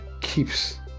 keeps